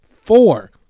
Four